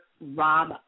Rob